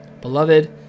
beloved